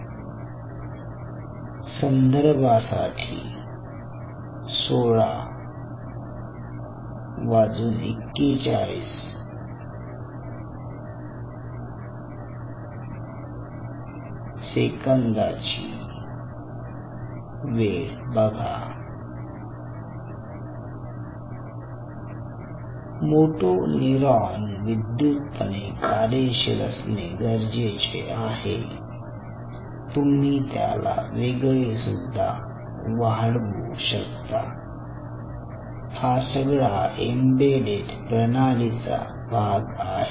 1641 वेळ संदर्भासाठी बघा मोटो न्यूरॉन विद्युतपणे कार्यशील असणे गरजेचे आहे तुम्ही त्याला वेगळे सुद्धा वाढवू शकता हा सगळा एम्बेडेड प्रणाली चा भाग आहे